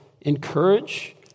encourage